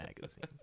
magazine